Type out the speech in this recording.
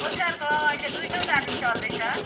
ब्रोइलरको अहिले दुई सय चालिस चल्दैछ